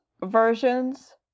versions